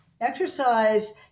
Exercise